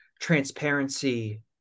transparency